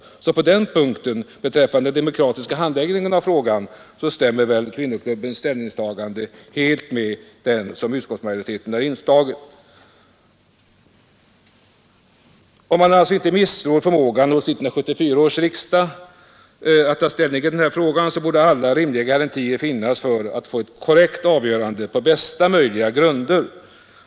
På denna punkt, beträffande den demokratiska handläggningen av frågan, stämmer väl kvinnoklubbens ställningstagande helt med det som antagits av utskottsmajoriteten. Om man alltså inte misstror förmågan hos 1974 års riksdag att ta ställning i denna fråga, borde alla rimliga garantier finnas för att få ett korrekt avgörande på bästa möjliga grunder.